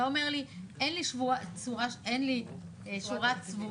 אתה אומר לי: אין לי שורה צבועה.